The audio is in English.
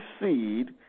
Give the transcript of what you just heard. seed